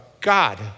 God